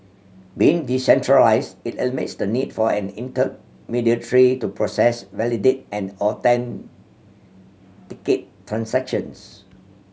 being decentralised it eliminates the need for an intermediary to process validate and authenticate transactions